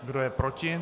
Kdo je proti?